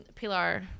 Pilar